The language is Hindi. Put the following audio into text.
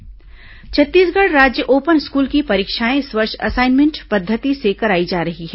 ओपन स्कूल असाइनमेंट छत्तीसगढ़ राज्य ओपन स्कूल की परीक्षाएं इस वर्ष असाइनमेंट पद्वति से कराई जा रही हैं